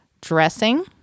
dressing